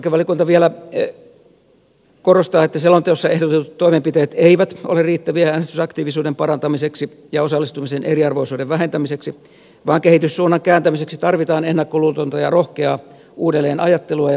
perustuslakivaliokunta vielä korostaa että selonteossa ehdotetut toimenpiteet eivät ole riittäviä äänestysaktiivisuuden parantamiseksi ja osallistumisen eriarvoisuuden vähentämiseksi vaan kehityssuunnan kääntämiseksi tarvitaan ennakkoluulotonta ja rohkeaa uudelleenajattelua ja tehokkaita toimenpiteitä